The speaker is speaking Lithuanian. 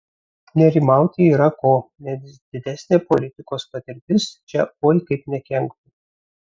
nerimauti yra ko nes didesnė politikos patirtis čia oi kaip nekenktų